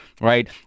right